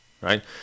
right